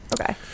Okay